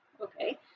okay